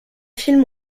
film